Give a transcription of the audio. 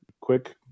quick